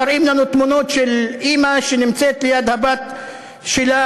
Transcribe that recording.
מראים לנו תמונות של אימא שנמצאת ליד הבת שלה